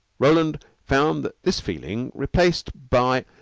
roland found this feeling replaced by